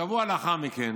שבוע לאחר מכן